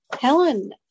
Helen